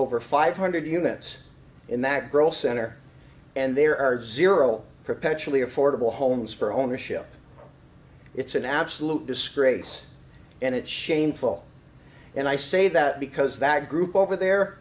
over five hundred units in that girl center and there are zero perpetually affordable homes for ownership it's an absolute disgrace and it's shameful and i say that because that group over there